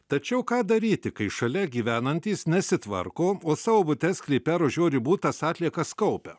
tačiau ką daryti kai šalia gyvenantys nesitvarko savo bute sklype ar už jo ribų tas atliekas kaupia